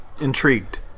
intrigued